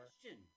question